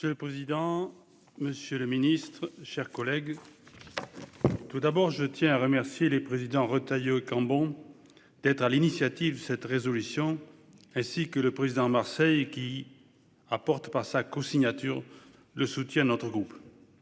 Monsieur le président, monsieur le ministre, mes chers collègues, tout d'abord je tiens à remercier les présidents Retailleau et Cambon d'avoir pris l'initiative de cette proposition de résolution, ainsi que le président Marseille, qui apporte, par sa cosignature, le soutien de notre groupe.